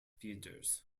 feeders